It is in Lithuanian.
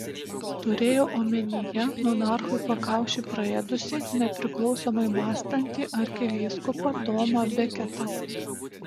turėjo omenyje monarchui pakaušį praėdusį nepriklausomai mąstantį arkivyskupą tomą beketą